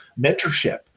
mentorship